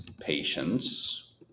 patience